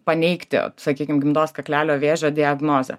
paneigti sakykim gimdos kaklelio vėžio diagnozę